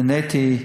נהניתי,